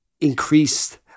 increased